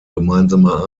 gemeinsamer